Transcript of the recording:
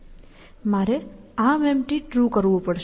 મારે ArmEmpty true કરવું પડશે